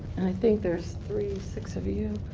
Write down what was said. i think there's three six of you.